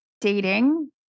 dating